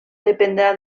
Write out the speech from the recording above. dependrà